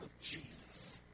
Jesus